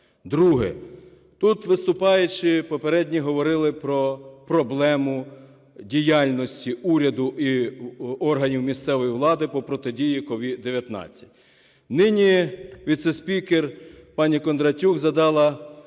Друге. Тут виступаючі попередні говорили про проблему діяльності уряду і органів місцевої влади по протидії COVID-19. Нині віце-спікер пані Кондратюк задала